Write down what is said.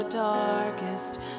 Darkest